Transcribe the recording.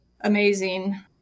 amazing